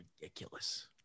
ridiculous